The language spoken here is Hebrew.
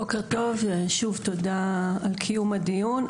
בוקר טוב, שוב תודה על קיום הדיון.